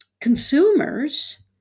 consumers